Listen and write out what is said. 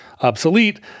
obsolete